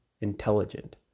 intelligent